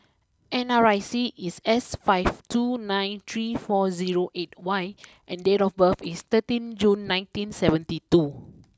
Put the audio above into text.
N R I C is S five two nine three four zero eight Y and date of birth is thirteen June nineteen seventy two